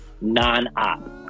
non-op